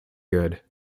good